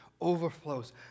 overflows